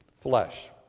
flesh